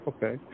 Okay